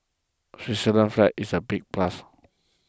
Switzerland's flag is a big plus